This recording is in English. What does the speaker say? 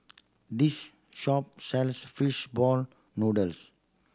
this shop sells fish ball noodles